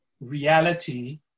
reality